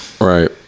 Right